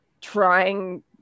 trying